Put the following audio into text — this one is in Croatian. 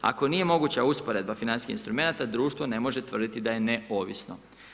Ako nije moguća usporedba financijskih instrumenata, društvo ne može tvrditi da je neovisno.